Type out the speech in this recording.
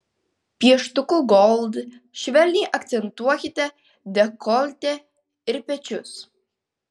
pieštuku gold švelniai akcentuokite dekoltė ir pečius